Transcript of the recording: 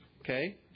Okay